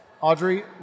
Audrey